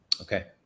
okay